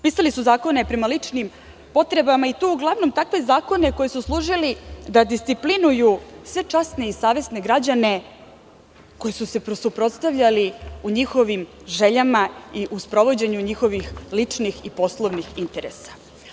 Pisali su zakone prema ličnim potrebama, i to uglavnom takve zakone koji su služili da disciplinuju sve časne i savesne građane koji su se suprotstavljali njihovim željama i u sprovođenju njihovih ličnih i poslovnih interesa.